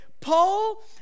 paul